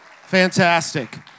Fantastic